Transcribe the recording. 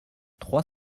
trois